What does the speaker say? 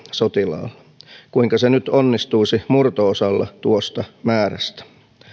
sotilaalla kuinka se nyt onnistuisi murto osalla tuosta määrästä